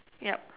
yep